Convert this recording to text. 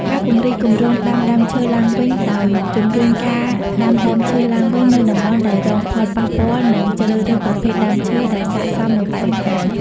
ការពង្រីកគម្រោងដាំដើមឈើឡើងវិញដោយ ជំរុញការដាំដើមឈើឡើងវិញនៅតំបន់ដែលរងផលប៉ះពាល់ និងជ្រើសរើសប្រភេទដើមឈើដែលស័ក្ដិសមនឹងបរិស្ថាន។